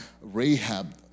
Rahab